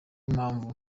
impamvu